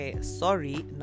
sorry